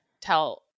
tell